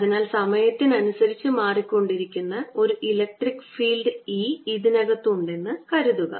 അതിനാൽ സമയത്തിനനുസരിച്ച് മാറിക്കൊണ്ടിരിക്കുന്ന ഒരു ഇലക്ട്രിക് ഫീൽഡ് E ഇതിനകത്ത് ഉണ്ടെന്ന് കരുതുക